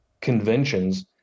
conventions